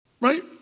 Right